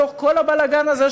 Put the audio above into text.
בתוך כל הבלגן הזה,